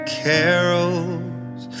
carols